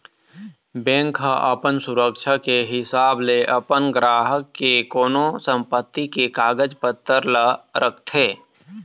bank ह अपन सुरक्छा के हिसाब ले अपन गराहक के कोनो संपत्ति के कागज पतर ल रखथे